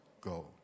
go